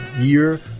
year